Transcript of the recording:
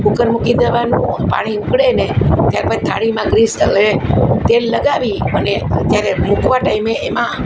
cooker મૂકી દેવાનું પાણી ઊકળે ને ત્યારબાદ થાળીમાં ગ્રીસ હવે તેલ લગાવી અને અત્યારે મૂકવા ટાઈમે એમાં